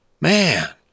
Man